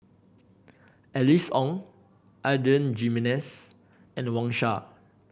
Alice Ong Adan Jimenez and Wang Sha